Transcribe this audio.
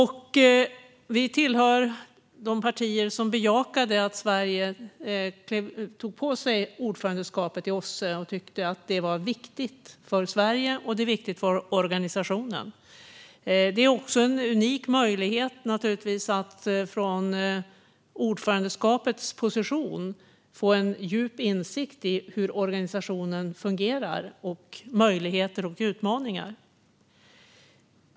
Centerpartiet tillhör de partier som bejakade att Sverige tog på sig ordförandeskapet för OSSE och som tyckte att det var viktigt för Sverige och för organisationen. Det är också en unik möjlighet att från ordförandeskapets position få en djup insikt i hur organisationen fungerar och i möjligheter och utmaningar.